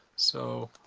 so,